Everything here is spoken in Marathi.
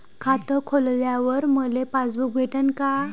खातं खोलल्यावर मले पासबुक भेटन का?